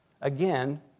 Again